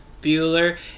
Bueller